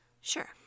Sure